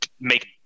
make